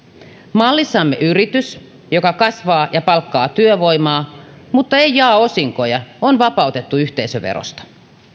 mallissamme yritys joka kasvaa ja palkkaa työvoimaa mutta ei jaa osinkoja on vapautettu yhteisöverosta